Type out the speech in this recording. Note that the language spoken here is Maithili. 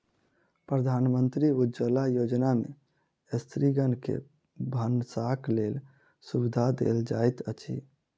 प्रधानमंत्री उज्ज्वला योजना में स्त्रीगण के भानसक लेल सुविधा देल जाइत अछि